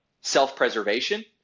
self-preservation